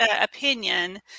opinion